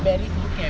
barry boot camp